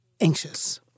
anxious